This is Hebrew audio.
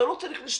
לא צריך לחפש.